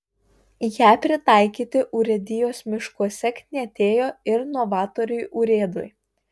ją pritaikyti urėdijos miškuose knietėjo ir novatoriui urėdui